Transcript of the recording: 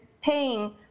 paying